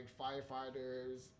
firefighters